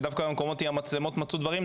שדווקא במקומות עם המצלמות מצאו דברים,